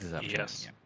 Yes